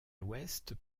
l’ouest